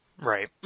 right